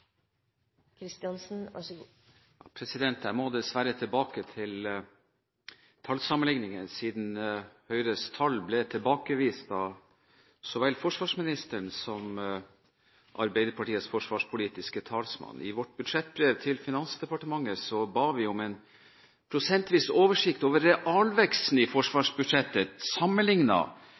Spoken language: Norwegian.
Jeg må dessverre tilbake til tallsammenligningene, siden Høyres tall ble tilbakevist av så vel forsvarsministeren som Arbeiderpartiets forsvarspolitiske talsmann. I vårt budsjettbrev til Finansdepartementet ba vi om en prosentvis oversikt over realveksten i forsvarsbudsjettet,